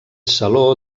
saló